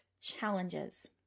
challenges